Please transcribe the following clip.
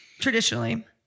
traditionally